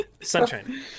Sunshine